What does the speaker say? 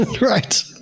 right